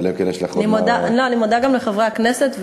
אני מודה גם לחברי הכנסת,